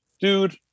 Dude